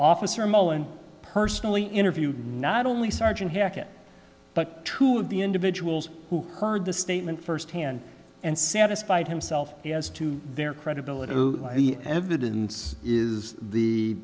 officer mullen personally interviewed not only sergeant hackett but two of the individuals who heard the statement firsthand and satisfied himself as to their credibility the evidence is the